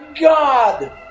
God